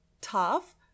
tough